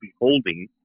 beholding